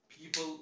people